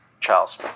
Charles